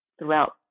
throughout